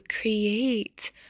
create